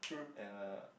and a